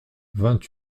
vingt